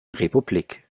republik